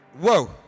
Whoa